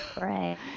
right